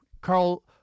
Carl